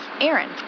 Aaron